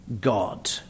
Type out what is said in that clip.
God